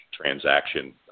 transaction